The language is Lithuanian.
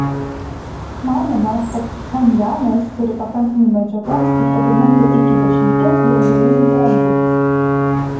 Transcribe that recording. manoma kad pchenjanas turi pakankamai medžiagos kad pagamintų iki dešimties branduolinių bombų